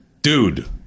dude